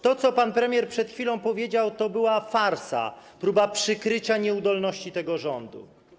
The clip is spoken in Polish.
To, co pan premier przed chwilą powiedział, to była farsa, próba przykrycia nieudolności tego rządu.